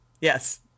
Yes